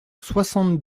soixante